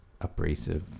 abrasive